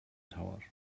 tower